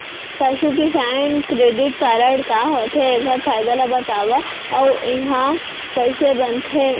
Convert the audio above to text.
पसु Kisan credit card का होथे, एखर फायदा ला बतावव अऊ एहा कइसे बनथे?